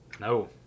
No